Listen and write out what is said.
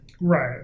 Right